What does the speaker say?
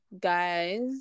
guys